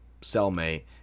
cellmate